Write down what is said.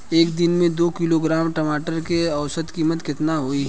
एक दिन में दो किलोग्राम टमाटर के औसत कीमत केतना होइ?